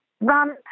run